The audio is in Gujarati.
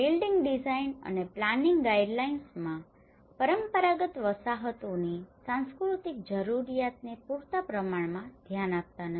બિલ્ડિંગ ડિઝાઇન અને પ્લાનિંગ ગાઇડલાઇન્સ પરંપરાગત વસાહતોની સાંસ્કૃતિક જરૂરિયાતોને પૂરતા પ્રમાણમાં ધ્યાન આપતા નથી